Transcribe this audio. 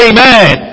Amen